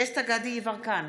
דסטה גדי יברקן,